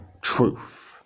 truth